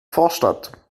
vorstadt